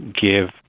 give